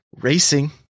Racing